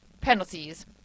penalties